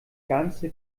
ganze